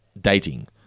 dating